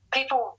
people